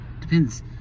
Depends